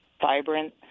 vibrant